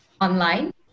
online